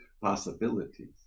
possibilities